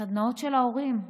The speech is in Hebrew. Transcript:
סדנאות של ההורים,